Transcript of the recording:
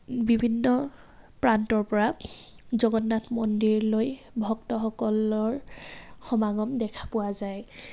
বিভিন্ন প্ৰান্তৰ পৰা জগন্নাথ মন্দিৰলৈ ভক্তসকলৰ সমাগম দেখা পোৱা যায়